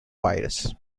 virus